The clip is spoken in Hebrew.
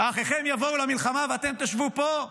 "האחיכם יבאו למלחמה ואתם תשבו פה"